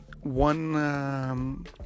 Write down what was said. one